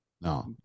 no